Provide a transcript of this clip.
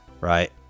Right